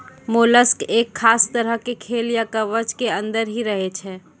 mollusc एक खास तरह के खोल या कवच के अंदर हीं रहै छै